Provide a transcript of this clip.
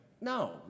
No